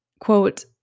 Quote